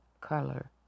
color